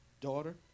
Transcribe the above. daughter